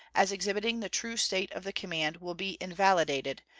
as exhibiting the true state of the command will be invalidated,